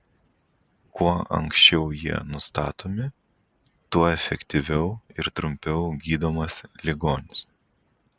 kuo anksčiau jie nustatomi tuo efektyviau ir trumpiau gydomas ligonis